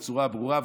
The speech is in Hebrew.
בצורה ברורה,